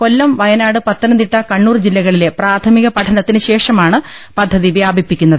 കൊല്ലം വയനാട് പത്തനംതിട്ട കണ്ണൂർ ജില്ലകളിലെ പ്രാഥമിക പഠനത്തിന് ശേഷമാണ് പദ്ധതി വ്യാപിപ്പിക്കുന്നത്